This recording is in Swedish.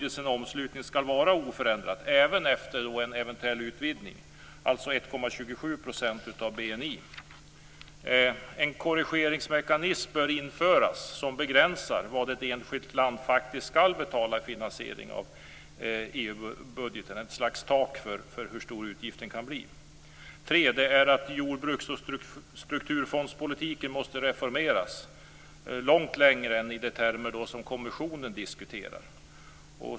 En korrigeringsmekanism bör införas som begränsar vad ett enskilt land faktiskt skall betala till finansieringen av EU-budgeten, dvs. ett slags tak för hur stor utgiften kan bli. 3. Jordbruks och strukturfondspolitiken måste reformeras långt längre än i de termer som kommissionen diskuterar.